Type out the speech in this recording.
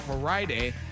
friday